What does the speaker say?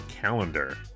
calendar